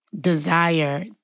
desire